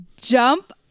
jump